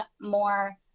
more